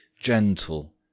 gentle